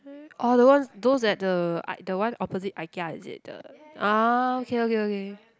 orh the ones those at the uh the one opposite Ikea is it the ah okay okay okay